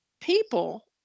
people